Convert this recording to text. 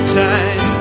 time